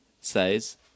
says